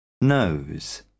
Nose